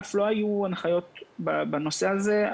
לאגף לא היו הנחיות בנושא הזה.